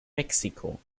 mexiko